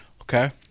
Okay